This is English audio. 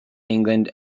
england